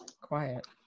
quiet